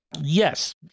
Yes